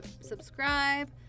Subscribe